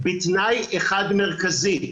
בתנאי אחד מרכזי,